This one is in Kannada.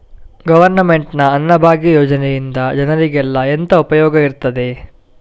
ಗವರ್ನಮೆಂಟ್ ನ ಅನ್ನಭಾಗ್ಯ ಯೋಜನೆಯಿಂದ ಜನರಿಗೆಲ್ಲ ಎಂತ ಉಪಯೋಗ ಇರ್ತದೆ?